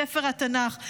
ספר התנ"ך.